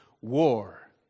war